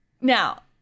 Now